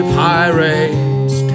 pirates